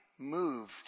Moved